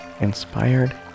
inspired